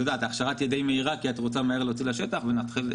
ההכשרה תהיה די מהירה כי את רוצה מהר להוציא לשטח והכוונה